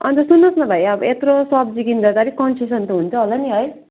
अन्त सुन्नुहोस् न भाइ अब यत्रो सब्जी किन्दाखेरि अलिक कन्सेसन त हुन्छ होला नि है